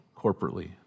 corporately